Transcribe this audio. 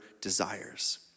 desires